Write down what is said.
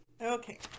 Okay